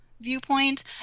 viewpoint